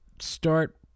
start